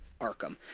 Arkham